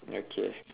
okay